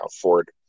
Ford